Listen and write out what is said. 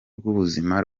rw’ubuzima